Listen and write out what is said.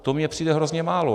To mi přijde hrozně málo.